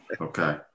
Okay